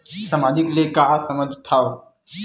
सामाजिक ले का समझ थाव?